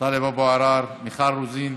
טלב אבו עראר, מיכל רוזין,